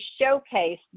showcase